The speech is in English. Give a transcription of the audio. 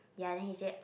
ya then he say